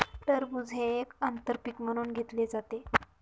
टरबूज हे एक आंतर पीक म्हणून घेतले जाते